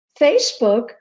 Facebook